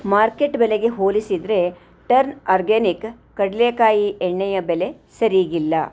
market ಬೆಲೆಗೆ ಹೋಲಿಸಿದರೆ turn organic ಕಡಲೆಕಾಯಿ ಎಣ್ಣೆಯ ಬೆಲೆ ಸರೀಗಿಲ್ಲ